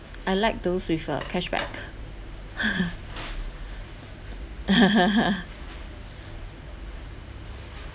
I like those with uh cashback